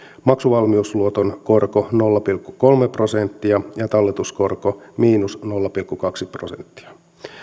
maksuvalmiusluoton korko nolla pilkku kolme prosenttia ja talletuskorko nolla pilkku kaksi prosenttia